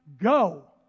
Go